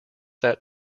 that